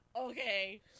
Okay